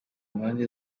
mpande